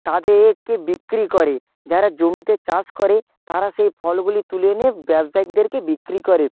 তাদেরকে বিক্রি করে যারা জমিতে চাষ করে তারা সেই ফলগুলি তুলে এনে ব্যবসায়ীক দেরকে বিক্রি করে